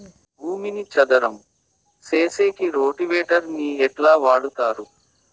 భూమిని చదరం సేసేకి రోటివేటర్ ని ఎట్లా వాడుతారు?